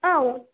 औ